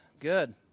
Good